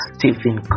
Stephen